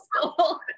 school